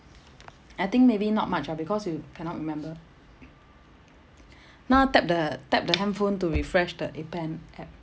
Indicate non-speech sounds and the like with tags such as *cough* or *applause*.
I think maybe not much ah because you cannot remember *breath* now tap the tap the hand phone to refresh the appen app